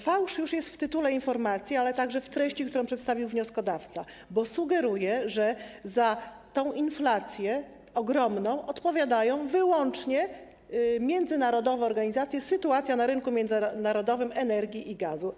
Fałsz jest już w tytule informacji, ale także w treści, którą przedstawił wnioskodawca, bo sugeruje, że za tę inflację, ogromną, odpowiadają wyłącznie międzynarodowe organizacje, sytuacja na rynku międzynarodowym energii i gazu.